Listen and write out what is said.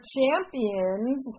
champions